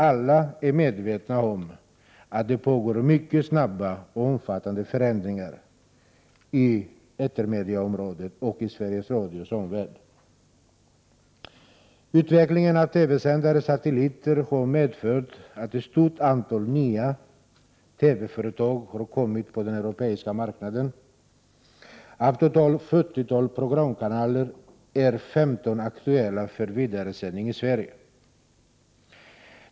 Alla är medvetna om att det pågår mycket snabba och omfattande förändringar på etermedieområdet och i Sveriges Radios omvärld. Utvecklingen av TV-sändare och satelliter har medfört att ett stort antal nya TV-företag har kommit på den europeiska marknaden. Av totalt ett 40-tal programkanaler är 15 aktuella för vidaresändning i Sverige.